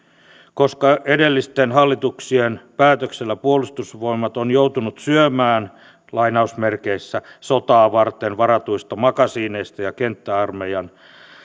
koska edellisten hallituksien päätöksellä puolustusvoimat on joutunut syömään lainausmerkeissä sotaa varten varatuista makasiineista ja kenttäarmeijan